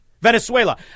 Venezuela